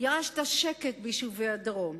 ירשת שקט ביישובי הדרום.